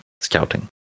scouting